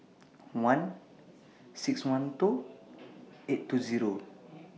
one six one two eight two Zero